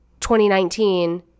2019